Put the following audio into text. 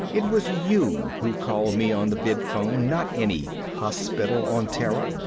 it was you who called me on the vidphone, not any hospital on terra.